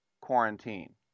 quarantine